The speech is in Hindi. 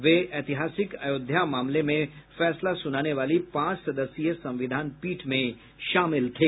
वे ऐतिहासिक अयोध्या मामले में फैसला सुनाने वाली पांच सदस्यीय संविधान पीठ में शामिल थे